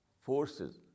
forces